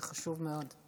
זה חשוב מאוד.